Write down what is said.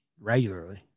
regularly